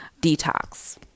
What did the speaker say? detox